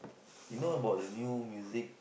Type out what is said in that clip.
you know about the new music